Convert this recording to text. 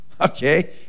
Okay